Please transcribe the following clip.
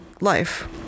life